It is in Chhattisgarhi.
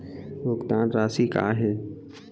भुगतान राशि का हे?